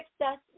success